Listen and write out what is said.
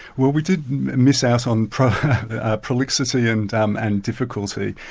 well we did miss out on ah prolixity and um and difficulty,